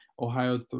Ohio